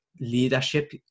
leadership